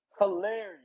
Hilarious